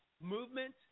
movement